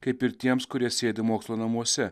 kaip ir tiems kurie sėdi mokslo namuose